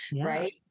right